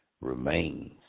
remains